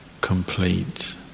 complete